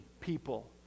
people